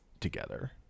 together